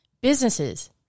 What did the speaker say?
businesses